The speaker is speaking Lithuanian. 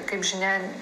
kaip žinia